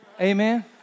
Amen